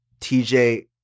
TJ